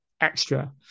extra